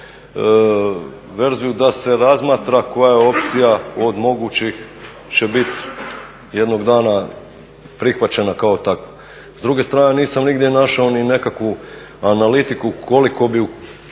verziju da se razmatra koja opcija od mogućih će biti jednog dana prihvaćena kao takva. S druge strane nisam nigdje našao ni nekakvu analitiku koliko bi nas